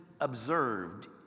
observed